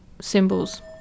symbols